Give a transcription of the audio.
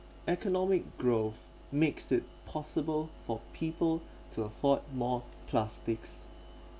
economic growth makes it possible for people to afford more plastics